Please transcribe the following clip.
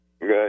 good